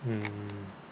mm